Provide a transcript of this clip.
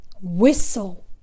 Whistle